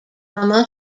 mama